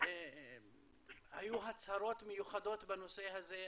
היו הצהרות מיוחדות בנושא הזה,